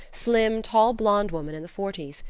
slim, tall blonde woman in the forties,